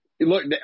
Look